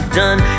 done